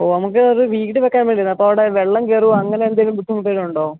ഓ നമുക്ക് അത് വീട് വെക്കാൻ വേണ്ടിയാണ് അപ്പോൾ അവിടെ വെള്ളം കയറോ അങ്ങനെയെന്തെങ്കിലും ബുദ്ധിമുട്ടെന്തെങ്കിലുമുണ്ടോ